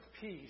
peace